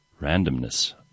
randomness